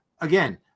again